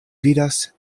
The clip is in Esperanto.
vidas